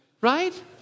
Right